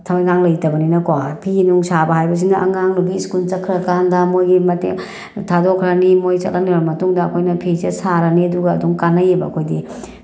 ꯊꯕꯛ ꯏꯟꯈꯥꯡ ꯂꯩꯇꯕꯅꯤꯅꯀꯣ ꯐꯤꯅꯨꯡ ꯁꯥꯕ ꯍꯥꯏꯕꯁꯤꯅ ꯑꯉꯥꯡ ꯅꯨꯄꯤ ꯁ꯭ꯀꯨꯜ ꯆꯠꯈ꯭ꯔꯀꯥꯟꯗ ꯃꯣꯏꯒꯤ ꯊꯥꯗꯣꯛꯈ꯭ꯔꯅꯤ ꯃꯣꯏ ꯆꯠꯍꯟꯈ꯭ꯔ ꯃꯇꯨꯡꯗ ꯑꯩꯈꯣꯏꯅ ꯐꯤꯁꯦ ꯁꯥꯔꯅꯤ ꯑꯗꯨꯒ ꯑꯗꯨꯝ ꯀꯥꯟꯅꯩꯌꯦꯕ ꯑꯩꯈꯣꯏꯗꯤ